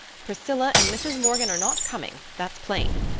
priscilla and mrs. morgan are not coming, that's plain,